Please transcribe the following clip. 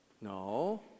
No